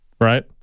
right